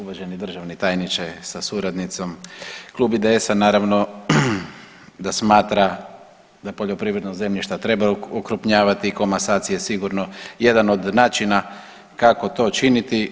Uvaženi državi tajniče sa suradnicom, Klub IDS-a naravno da smatra da poljoprivredna zemljišta treba okrupnjavati i komasacija je sigurno jedan od načina kako to činiti.